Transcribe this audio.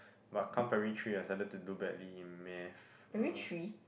but come primary three I started to do badly in math uh